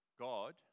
God